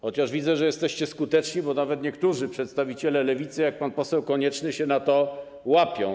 Chociaż widzę, że jesteście skuteczni, bo nawet niektórzy przedstawiciele Lewicy, jak pan poseł Konieczny, się na to łapią.